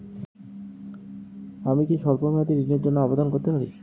আমি কি স্বল্প মেয়াদি ঋণের জন্যে আবেদন করতে পারি?